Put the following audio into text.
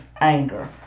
anger